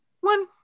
one